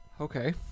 Okay